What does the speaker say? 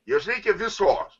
jos reikia visos